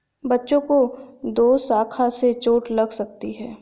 बच्चों को दोशाखा से चोट लग सकती है